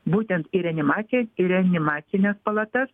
būtent į reanimaciją į reanimacines palatas